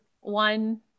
one